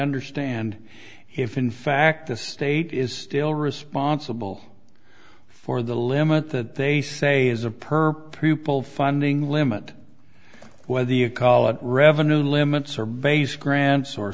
understand if in fact the state is still responsible for the limit that they say is of per pupil funding limit whether you call it revenue limits or base grants or